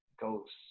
ghosts